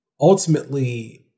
ultimately